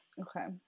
Okay